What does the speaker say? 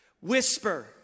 whisper